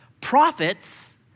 Prophets